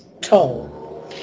toll